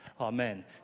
Amen